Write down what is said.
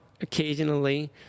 occasionally